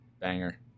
Banger